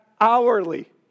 hourly